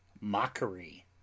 mockery